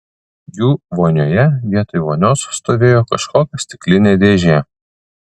jų vonioje vietoj vonios stovėjo kažkokia stiklinė dėžė